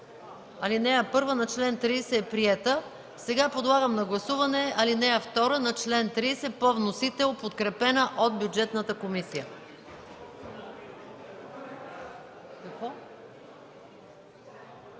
Алинея 1 на чл. 30 е приета. Подлагам на гласуване ал. 2 на чл. 30 по вносител, подкрепена от Бюджетната комисия.